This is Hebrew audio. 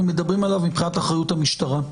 מדברים עליו מבחינת אחריות המשטרה.